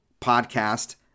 podcast